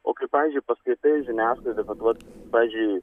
o kai pavyzdžiui paskaitai žiniasklaidoj kad vat pavyzdžiui